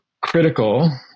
critical